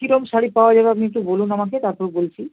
কী রকম শাড়ি পাওয়া যাবে আপনি একটু বলুন আমাকে তার পরে বলছি